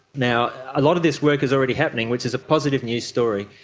now, a lot of this work is already happening, which is a positive news story,